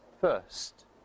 first